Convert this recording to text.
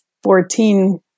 Fourteen